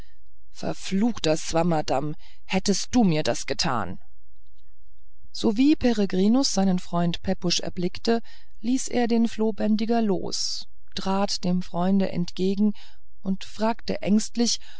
verruchter swammerdamm hättest du mir das getan sowie peregrinus seinen freund pepusch erblickte ließ er den flohbändiger los trat dem freunde entgegen und fragte ängstlich